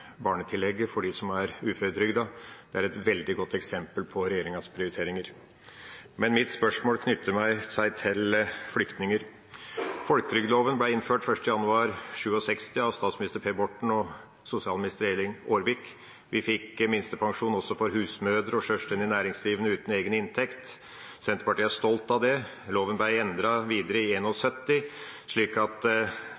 barnetillegget for dem som er uføretrygdet. Det er et veldig godt eksempel på regjeringas prioriteringer. Men mitt spørsmål knytter seg til flyktninger. Folketrygdloven ble innført 1. januar 1967 av statsminister Per Borten og sosialminister Egil Aarvik. Vi fikk minstepensjon også for husmødre og sjølstendig næringsdrivende uten inntekt. Senterpartiet er stolt av det. Loven ble endret videre i